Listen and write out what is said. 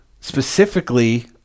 specifically